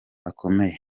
bakomeye